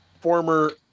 former